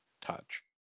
touch